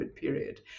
period